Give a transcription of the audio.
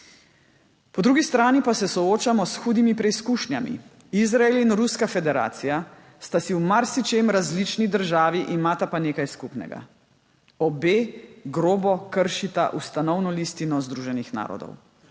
Po drugi strani pa se soočamo s hudimi preizkušnjami. Izrael in Ruska federacija sta si v marsičem različni državi, imata pa nekaj skupnega: obe grobo kršita Ustanovno listino Združenih narodov.